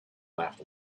laughed